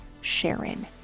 Sharon